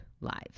lives